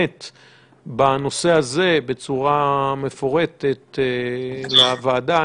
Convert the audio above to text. הקבינט בנושא הזה בצורה מפורטת לוועדה.